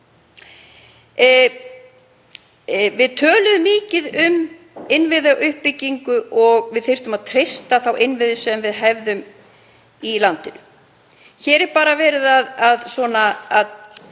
Við töluðum mikið um innviðauppbyggingu og að við þyrftum að treysta þá innviði sem við hefðum í landinu. Hér er bara verið að byggja